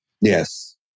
Yes